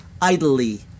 idly